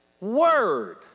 word